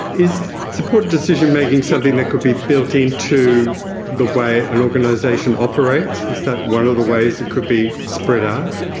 is supported decision-making something that could be built into the way an organisation operates is that one of the ways it could be spread out?